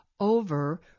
over